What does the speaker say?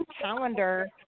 calendar